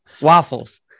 waffles